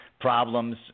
problems